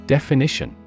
Definition